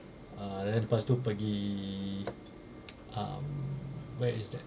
err then lepas tu pergi um where is that